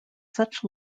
such